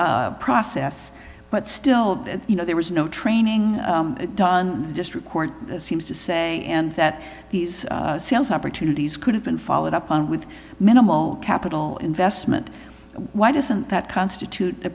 process but still you know there was no training done just record seems to say and that these sales opportunities could have been followed up on with minimal capital investment why doesn't that constitute a